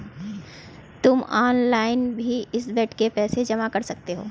तुम ऑनलाइन भी इस बेड के पैसे जमा कर सकते हो